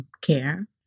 care